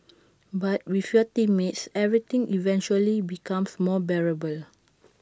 but with your teammates everything eventually becomes more bearable